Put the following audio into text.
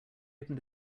opened